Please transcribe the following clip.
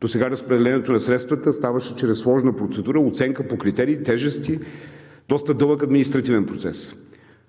Досега разпределението на средствата ставаше чрез сложна процедура – оценка по критерии, тежести, доста дълъг административен процес.